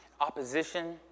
opposition